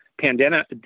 pandemic